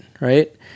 right